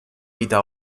vita